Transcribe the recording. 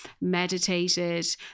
meditated